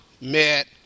met